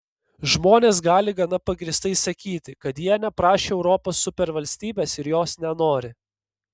žmonės gali gana pagrįstai sakyti kad jie neprašė europos supervalstybės ir jos nenori